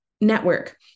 network